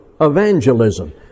evangelism